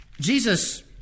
Jesus